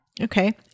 Okay